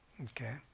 Okay